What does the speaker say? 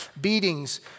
beatings